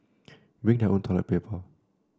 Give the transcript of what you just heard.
bring their own toilet paper